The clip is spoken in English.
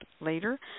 later